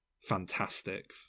fantastic